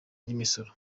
ry’imisoro